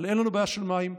אבל אין לנו בעיה של מים,